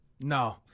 No